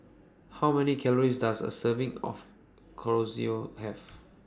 How Many Calories Does A Serving of Chorizo Have